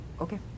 Okay